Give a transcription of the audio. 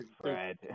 Fred